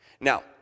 now